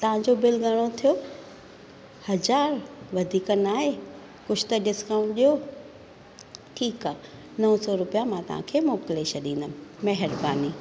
तव्हां जो बिल घणो थियो हज़ारु वधीक न आहे कुझु त डिस्काउंट ॾियो ठीकु आहे नौ सौ रुपिया मां तव्हां खे मोकिले छॾींदमि महिरबानी